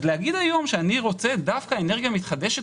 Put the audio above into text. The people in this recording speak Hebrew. אז להגיד היום שאני רוצה דווקא אנרגיה מתחדשת